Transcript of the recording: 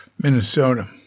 Minnesota